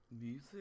music